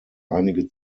einige